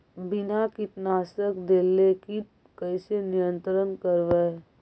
बिना कीटनाशक देले किट कैसे नियंत्रन करबै?